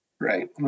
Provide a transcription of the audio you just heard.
Right